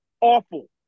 awful